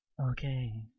okay